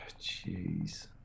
jeez